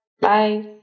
Bye